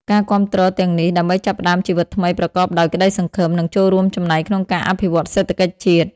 ការគាំទ្រទាំងនេះ ដើម្បីចាប់ផ្តើមជីវិតថ្មីប្រកបដោយក្តីសង្ឃឹម និងចូលរួមចំណែកក្នុងការអភិវឌ្ឍសេដ្ឋកិច្ចជាតិ។